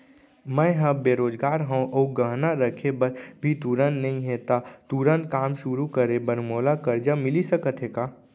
मैं ह बेरोजगार हव अऊ गहना रखे बर भी तुरंत नई हे ता तुरंत काम शुरू करे बर मोला करजा मिलिस सकत हे का?